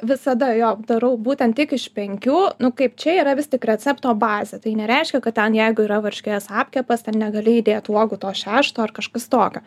visada jo darau būtent tik iš penkių nu kaip čia yra vis tik recepto bazė tai nereiškia kad ten jeigu yra varškės apkepas ten negali įdėt uogų to šešto ar kažkas tokio